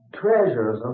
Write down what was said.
treasures